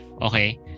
Okay